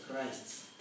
Christ